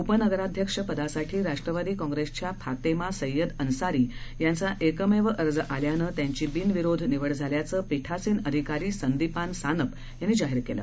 उपनगराध्यक्ष पदासाठी राष्ट्रवादी काँग्रेसच्या फातेमा सय्यद अन्सारी यांचा एकमेव अर्ज आल्यानं त्यांची बिनविरोध निवड झाल्याचं पिठासीन अधिकारी संदीपान सानप यांनी जाहीर केलं